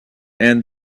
and